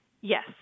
Yes